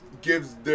gives